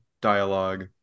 dialogue